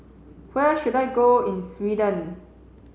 where should I go in Sweden